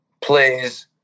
plays